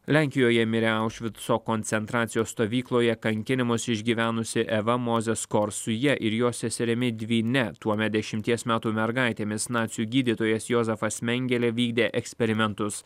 lenkijoje mirė aušvico koncentracijos stovykloje kankinimus išgyvenusi eva mozeskor su ja ir jos seserimi dvyne tuomet dešimties metų mergaitėmis nacių gydytojas jozefas mengelė vykdė eksperimentus